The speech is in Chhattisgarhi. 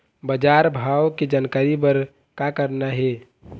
बजार भाव के जानकारी बर का करना हे?